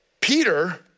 Peter